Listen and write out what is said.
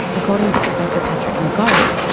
according to professor patrick mcgorry,